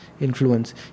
influence